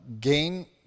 gain